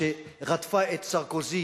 שרדפה את סרקוזי